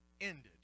ended